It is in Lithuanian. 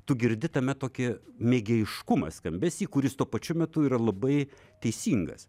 tu girdi tame tokį mėgėjiškumą skambesy kuris tuo pačiu metu yra labai teisingas